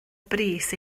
brys